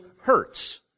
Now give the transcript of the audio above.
hurts